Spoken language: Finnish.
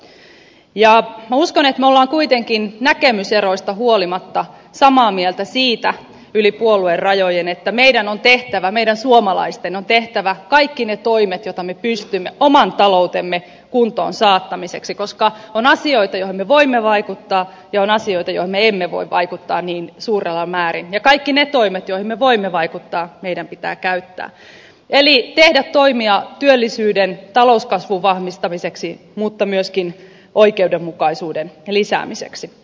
minä uskon että me olemme kuitenkin näkemyseroista huolimatta yli puoluerajojen samaa mieltä siitä että meidän suomalaisten on tehtävä kaikki ne toimet joita me pystymme oman taloutemme kuntoon saattamiseksi koska on asioita joihin me voimme vaikuttaa ja on asioita joihin me emme voi vaikuttaa niin suuressa määrin ja kaikki ne toimet joihin me voimme vaikuttaa meidän pitää käyttää eli tehdä toimia työllisyyden talouskasvun vahvistamiseksi mutta myöskin oikeudenmukaisuuden lisäämiseksi